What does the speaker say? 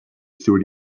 through